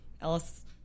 Ellis